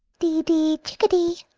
dee-dee-chickadee!